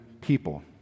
people